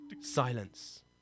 Silence